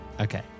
Okay